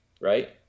right